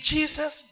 Jesus